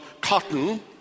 Cotton